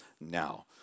now